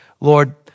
Lord